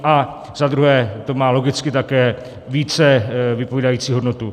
A za druhé to má logicky také více vypovídající hodnotu.